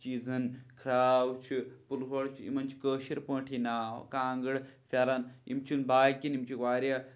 چیٖزَن کھرٛاو چھِ پُلہور چھِ یِمَن چھِ کٲشِر پٲٹھۍ یہِ ناو کانٛگٕر پھٮ۪ران یِم چھِنہٕ باقِنۍ یِم چھِ واریاہ